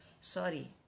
sorry